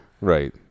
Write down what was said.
right